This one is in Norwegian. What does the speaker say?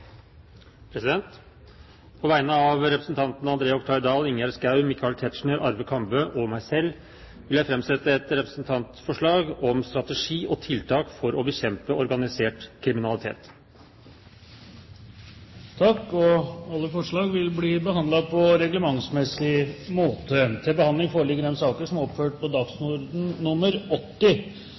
På vegne av representantene André Oktay Dahl, Ingjerd Schou, Michael Tetzschner, Arve Kambe og meg selv vil jeg framsette et representantforslag om strategi og tiltak for å bekjempe organisert kriminalitet. Forslagene vil bli behandlet på reglementsmessig måte. Stortinget mottok mandag meddelelse fra Statsministerens kontor om at følgende statsråder vil møte til